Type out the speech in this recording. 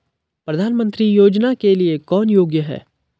प्रधानमंत्री योजना के लिए कौन योग्य है?